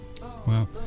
Wow